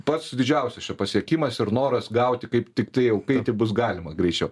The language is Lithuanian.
pats didžiausias čia pasiekimas ir noras gauti kaip tiktai jau kai tik bus galima greičiau